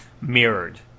mirrored